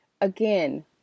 Again